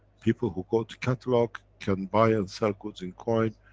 people who go to catalog can buy and sell goods in coin,